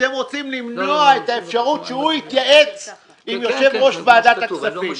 אתם רוצים למנוע את האפשרות שהוא יתייעץ עם יושב-ראש ועדת הכספים.